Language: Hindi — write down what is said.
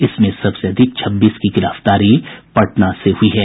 इसमें सबसे अधिक छब्बीस की गिरफ्तारी पटना से हुई है